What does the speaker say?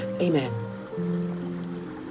amen